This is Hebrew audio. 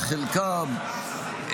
על חלקם?